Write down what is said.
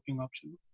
option